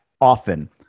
often